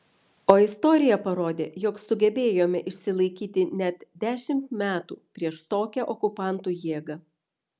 o istorija parodė jog sugebėjome išsilaikyti net dešimt metų prieš tokią okupantų jėgą